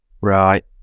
Right